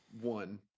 one